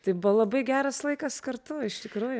tai buvo labai geras laikas kartu iš tikrųjų